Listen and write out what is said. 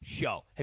show